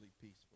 peaceful